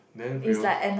then we al~